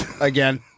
again